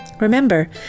Remember